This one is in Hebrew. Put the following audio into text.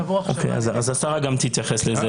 השרה גם תתייחס לזה.